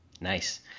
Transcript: Nice